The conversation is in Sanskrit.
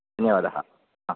धन्यवादः हा